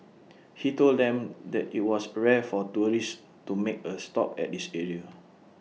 he told them that IT was rare for tourists to make A stop at this area